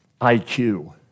IQ